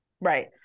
Right